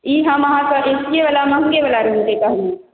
ई हम अहाँकेॅं A C ये बला महॅंगे बला रूम के कहलहुॅं